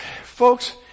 Folks